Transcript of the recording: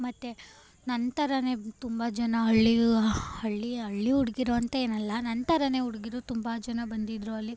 ಮತ್ತು ನನ್ನ ಥರ ತುಂಬ ಜನ ಹಳ್ಳಿ ಹಳ್ಳಿ ಹಳ್ಳಿ ಹುಡ್ಗಿರು ಅಂತ ಏನಲ್ಲ ನನ್ನ ಥರ ಹುಡ್ಗಿರು ತುಂಬ ಜನ ಬಂದಿದ್ದರು ಅಲ್ಲಿ